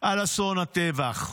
על אסון הטבח.